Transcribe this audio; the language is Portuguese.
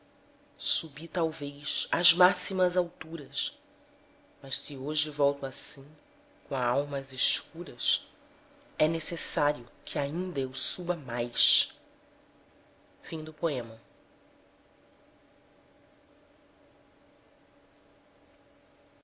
subi talvez às máximas alturas mas se hoje volto assim com a alma às escuras é necessário que ainda eu suba